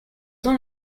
dans